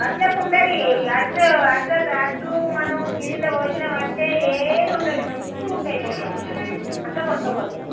వడ్లకు ఉంటుంది ఈ వడ్లు వడ్లు వడ్లు మనం గిన్నెలో పోసినాం అంటే ఏది ఉండదు మంచిగా ఉంటాటయి బియ్యం అంతా కొట్టకు పోతుంది